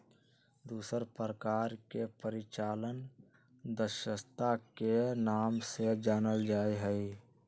दूसर प्रकार के परिचालन दक्षता के नाम से जानल जा हई